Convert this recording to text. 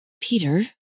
Peter